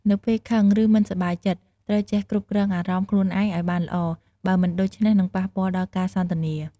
នៅពេលខឹងឬមិនសប្បាយចិត្តត្រូវចេះគ្រប់គ្រងអារម្មណ៍ខ្លួនឯងឲ្យបានល្អ បើមិនដូច្នេះនឹងប៉ះពាល់ដល់ការសន្ទនា។